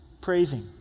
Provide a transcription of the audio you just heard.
praising